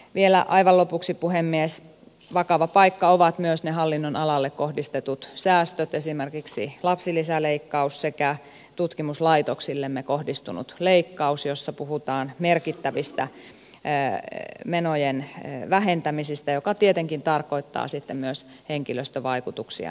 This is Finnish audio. vielä aivan lopuksi puhemies vakava paikka ovat myös ne hallinnonalalle kohdistetut säästöt esimerkiksi lapsilisäleikkaus sekä tutkimuslaitoksiimme kohdistunut leikkaus jossa puhutaan merkittävistä menojen vähentämisistä mikä tietenkin tarkoittaa sitten myös henkilöstövaikutuksia näille laitoksille